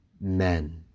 Men